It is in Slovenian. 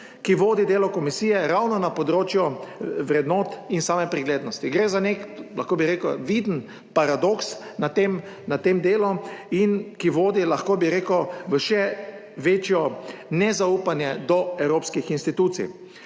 ki vodi delo komisije ravno na področju vrednot in same preglednosti. Gre za nek, lahko bi rekel viden paradoks na tem, na tem delu in ki vodi, lahko bi rekel v še večje nezaupanje do evropskih institucij.